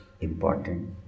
important